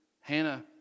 Hannah